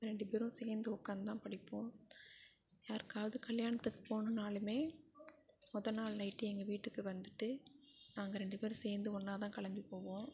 ரெண்டு பேரும் சேர்ந்து உட்காந்துதான் படிப்போம் யாருக்காவது கல்யாணத்துக்கு போகணும்னாலுமே முத நாள் நைட்டு எங்கள் வீட்டுக்கு வந்துவிட்டு நாங்கள் ரெண்டு பேரும் சேர்ந்து ஒன்னாக தான் கிளம்பி போவோம்